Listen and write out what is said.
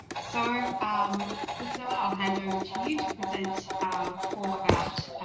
so um priscilla, i'll hand over to you to present um for about